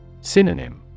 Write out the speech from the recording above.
Synonym